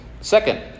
Second